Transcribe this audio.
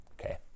Okay